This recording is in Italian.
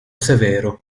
severo